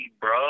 bro